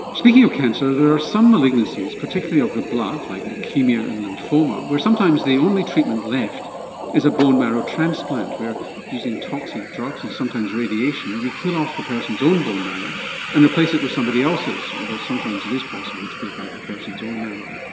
speaking of cancer, there are some malignancies, particularly of the blood, like leukaemia and lymphoma, where sometimes the only treatment left is a bone marrow transplant where using toxic drugs and sometimes radiation you kill off the person's own bone marrow and replace it with somebody else's, although sometimes it is possible to give back the person's own marrow.